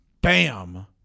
bam